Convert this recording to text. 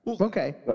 Okay